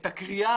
את הכרייה,